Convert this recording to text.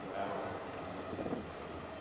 collateral damage wasn't very great